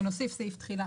אנחנו נוסיף סעיף תחילה.